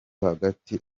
hagati